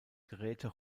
geräte